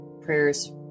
prayers